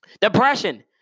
depression